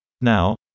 Now